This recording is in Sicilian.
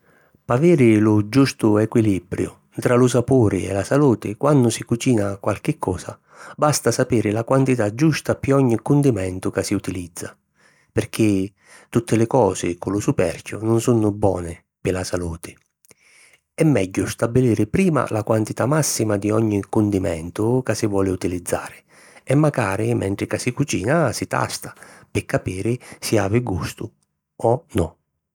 P'aviri lu giustu equilibriu ntra lu sapuri e la saluti, quannu si cucina qualchi cosa, basta sapiri la quantità giusta pi ogni cundimentu ca si utilizza, pirchì tutti li cosi cu lu superchiu nun sunnu boni pi la saluti. È megghiu stabiliri prima la quantità màssima di ogni cundimentu ca si voli utilizzari e macari mentri ca si cucina si tasta, pi capiri si havi gustu o no.